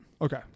Okay